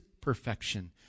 perfection